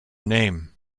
name